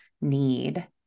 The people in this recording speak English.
need